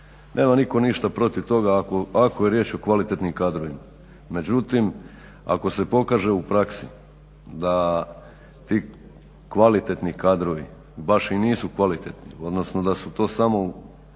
Nema niko ništa protiv toga ako je riječ o kvalitetnim kadrovima. Međutim, ako se pokaže u praksi da ti kvalitetni kadrovi baš i nisu kvalitetni, odnosno da su to samo